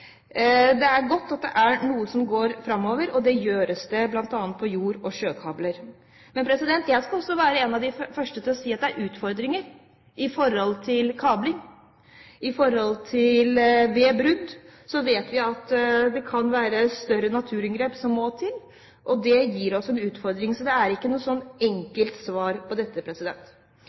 Det er godt at det er noe som går framover, og utviklingen gjør det bl.a. på jord- og sjøkabler. Men jeg skal også være en av de første til å si at det er utfordringer når det gjelder kabling. Ved brudd vet vi at det kan være større naturinngrep som må til. Det gir oss en utfordring. Så det er ikke noe enkelt svar på dette.